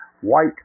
white